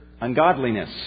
ungodliness